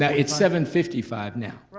yeah it's seven fifty five now.